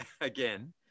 again